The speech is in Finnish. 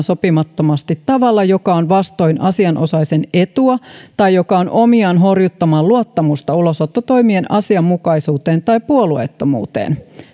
sopimattomasti tavalla joka on vastoin asianosaisen etua tai joka on omiaan horjuttamaan luottamusta ulosottotoimen asianmukaisuuteen tai puolueettomuuteen